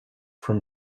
from